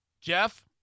Jeff